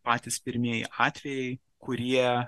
patys pirmieji atvejai kurie